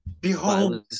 behold